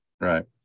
right